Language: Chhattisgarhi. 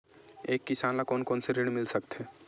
एक किसान ल कोन कोन से ऋण मिल सकथे?